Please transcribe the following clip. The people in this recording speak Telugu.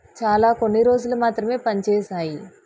చాలా కొన్ని రోజులు మాత్రమే పనిచేసాయి